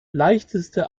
leichteste